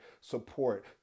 support